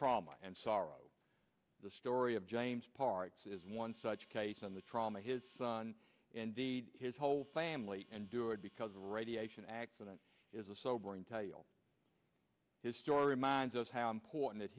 trauma and sorrow the story of james parts is one such case and the trauma his son indeed his whole family and do it because of radiation accidents is a sobering tell you his story reminds us how important it